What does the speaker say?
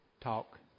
talk